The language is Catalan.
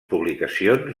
publicacions